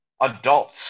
adults